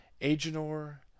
Agenor